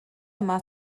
yma